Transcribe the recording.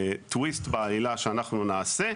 טוויסט בעלילה שאנחנו נעשה,